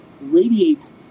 radiates